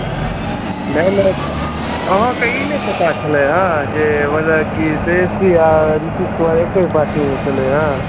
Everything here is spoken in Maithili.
नहि नहि अहाँके ई नहि पता छलै हें तेजस्वी आ नीतीश कुमार एकहि पार्टीमे छलै हँ